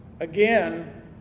Again